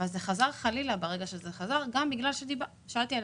אבל זה חזר חלילה ושאלתי קודם על